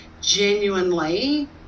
genuinely